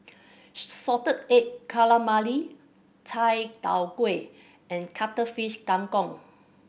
salted egg calamari chai tow kway and Cuttlefish Kang Kong